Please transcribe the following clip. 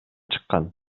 чыккан